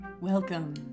Welcome